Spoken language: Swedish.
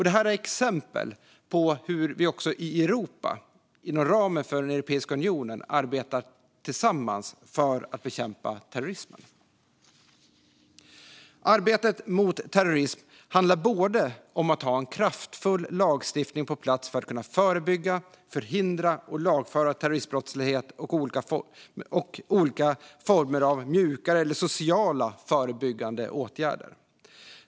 Detta är ett exempel på hur vi också i Europa, inom ramen för Europeiska unionen, arbetar tillsammans för att bekämpa terrorism. Arbetet mot terrorism handlar både om att ha en kraftfull lagstiftning på plats för att kunna förebygga, förhindra och lagföra terroristbrottslighet och om olika former av mjukare - eller sociala - förebyggande åtgärder.